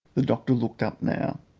the doctor looked up now,